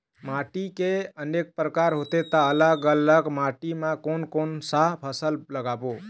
माटी के अनेक प्रकार होथे ता अलग अलग माटी मा कोन कौन सा फसल लगाबो?